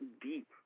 deep